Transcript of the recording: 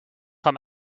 from